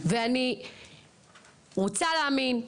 ואני רוצה להאמין,